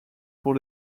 pour